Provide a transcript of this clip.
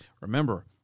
Remember